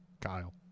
Kyle